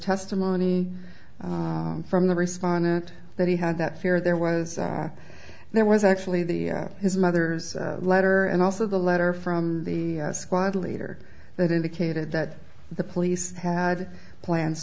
testimony from the respondent that he had that fear there was there was actually the his mother's letter and also the letter from the squad leader that indicated that the police had plans